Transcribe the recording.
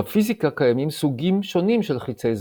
בפיזיקה, קיימים סוגים שונים של חיצי זמן.